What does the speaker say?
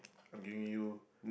I'm giving you